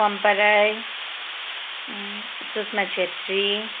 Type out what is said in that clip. Pampa Rai Sushma Chhetri